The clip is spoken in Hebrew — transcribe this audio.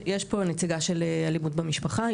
יש פה נציגה של אלימות במשפחה.